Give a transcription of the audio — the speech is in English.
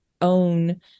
own